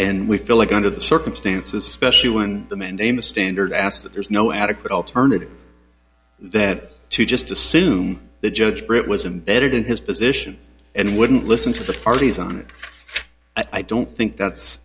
and we feel like under the circumstances especially when the mandamus standard asked that there's no adequate alternative they had to just assume the judge britt was imbedded in his position and wouldn't listen to the parties on it i don't think that's